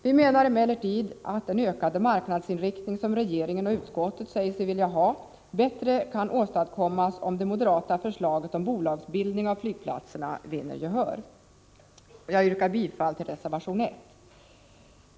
Vi menar emellertid att den ökade marknadsinriktning som regeringen och utskottet säger sig vilja ha kan åstadkommas bättre om det moderata förslaget om bolagsbildning av flygplatserna vinner gehör. Jag yrkar bifall till reservation 1.